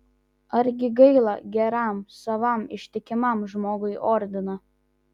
argi gaila geram savam ištikimam žmogui ordino